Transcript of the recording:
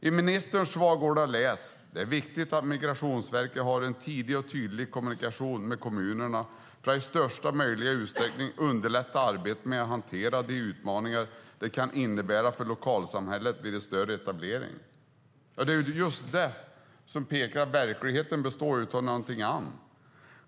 I ministerns svar går det att läsa: "Det är viktigt att Migrationsverket har en tidig och tydlig kommunikation med kommunerna för att i största möjliga utsträckning underlätta arbetet med att hantera de utmaningar det kan innebära för lokalsamhället vid en större etablering." Det är just detta som pekar på att verkligheten består av någonting annat.